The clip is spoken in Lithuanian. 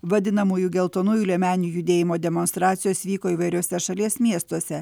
vadinamųjų geltonųjų liemenių judėjimo demonstracijos vyko įvairiuose šalies miestuose